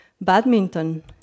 badminton